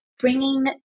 bringing